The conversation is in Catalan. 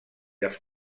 els